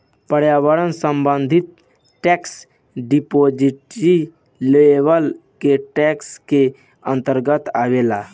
पर्यावरण संबंधी tax descriptive level के टैक्स के अंतर्गत आवेला